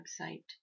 website